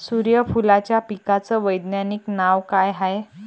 सुर्यफूलाच्या पिकाचं वैज्ञानिक नाव काय हाये?